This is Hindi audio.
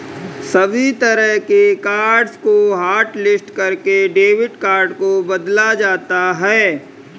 सभी तरह के कार्ड्स को हाटलिस्ट करके डेबिट कार्ड को बदला जाता है